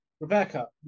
Rebecca